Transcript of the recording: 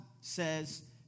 says